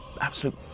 absolute